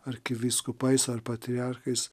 arkivyskupais ar patriarchais